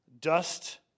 dust